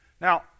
Now